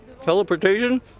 Teleportation